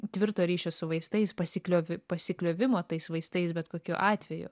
tvirto ryšio su vaistais pasikliovi pasikliovimo tais vaistais bet kokiu atveju